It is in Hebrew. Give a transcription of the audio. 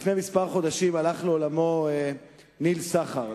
לפני כמה חודשים הלך לעולמו ניל סחר.